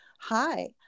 hi